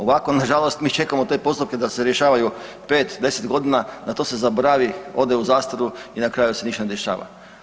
Ovako nažalost mi čekamo te postupke da se rješavaju pet, deset godina, na to se zaboravi, ode u zastaru i na kraju se ništa ne dešava.